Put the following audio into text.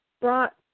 brought